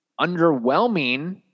underwhelming